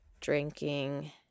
drinking